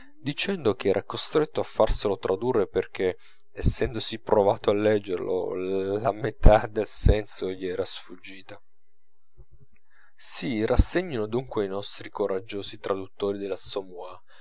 dicendo che era costretto a farselo tradurre perchè essendosi provato a leggerlo la metà del senso gli era sfuggita si rassegnino dunque i nostri coraggiosi traduttori dell'assommoir